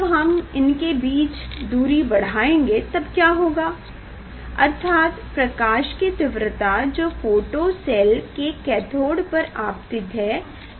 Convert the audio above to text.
जब हम इनके बीच दूरी बढ़ायेंगे तब क्या होगा अर्थात प्रकाश की तीव्रता जो फोटो सेल के कैथोड़ पर आपतित है कम हो जाएगी